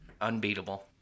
unbeatable